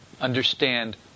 Understand